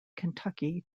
kentucky